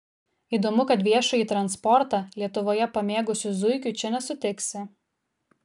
įdomu kad viešąjį transportą lietuvoje pamėgusių zuikių čia nesutiksi